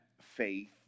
faith